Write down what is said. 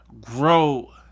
grow